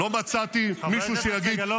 גם לא מהמצגת של צוק איתן וגם לא מסמך שטאובר.